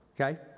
Okay